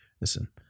Listen